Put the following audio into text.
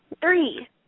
three